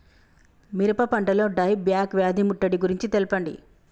మిరప పంటలో die back వ్యాధి ముట్టడి గురించి తెల్పండి?